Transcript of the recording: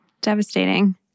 devastating